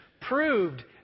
proved